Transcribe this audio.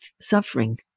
suffering